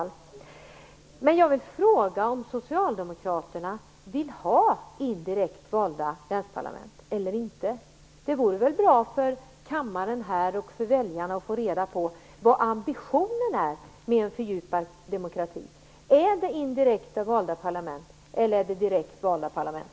Jag vill fråga om Socialdemokraterna vill ha indirekt valda länsparlament eller inte. Det vore väl bra för kammaren och för väljarna att få reda på vad ambitionen är med en fördjupad demokrati. Är det indirekt valda parlament, eller är det direktvalda parlament?